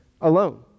alone